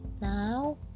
Now